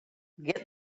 get